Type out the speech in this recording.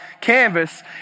canvas